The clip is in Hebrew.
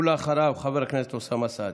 אחריו, חבר הכנסת אוסאמה סעדי,